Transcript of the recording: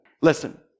listen